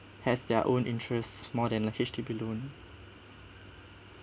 has their own interests more than the H_D_B loan